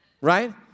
Right